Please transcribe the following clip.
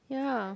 ya